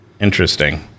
Interesting